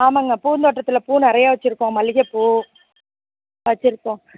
ஆமாங்கம்மா பூந்தோட்டத்தில் பூ நிறைய வைச்சிருக்கோம் மல்லிகை பூ வைச்சிருக்கோம்